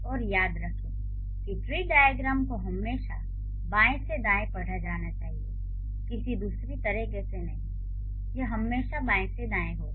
और याद रखें कि ट्री डाइअग्रैम को हमेशा बाएं से दाएं पढ़ा जाना चाहिए किसी दूसरे तरीके से नहीं यह हमेशा बाएं से दाएं होगा